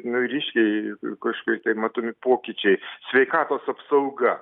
nu ryškiai ir kažkaip tai matomi pokyčiai sveikatos apsauga